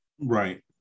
Right